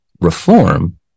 reform